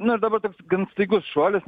na dabar tas gan staigus šuolis